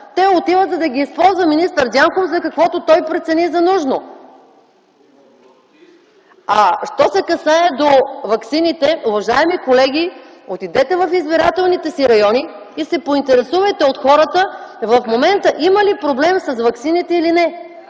Те отиват, за да ги използва министър Дянков за каквото той прецени за нужно. Що се касае до ваксините, уважаеми колеги, отидете в избирателните си райони и се поинтересувайте от хората в момента има ли проблем с ваксините или не.